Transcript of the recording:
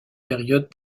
période